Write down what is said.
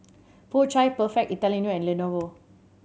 Po Chai Perfect Italiano and Lenovo